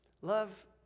Love